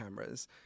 cameras